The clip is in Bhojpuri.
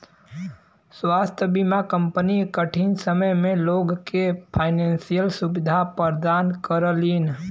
स्वास्थ्य बीमा कंपनी कठिन समय में लोग के फाइनेंशियल सुविधा प्रदान करलीन